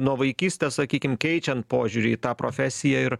nuo vaikystės sakykim keičiant požiūrį į tą profesiją ir